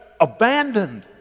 abandoned